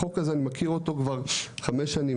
החוק הזה אני מכיר אותו כבר חמש שנים,